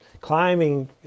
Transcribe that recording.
climbing